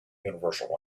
universal